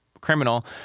criminal